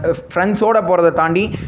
ஃப் ஃப்ரெண்ட்ஸ்ஸோட போறதை தாண்டி